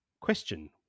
Question